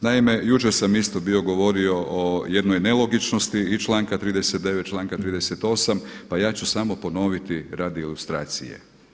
Naime, jučer sam isto bio govorio o jednoj nelogičnosti iz članka 39., članka 38. pa ja ću samo ponoviti radi ilustracije.